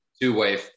two-way